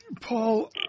Paul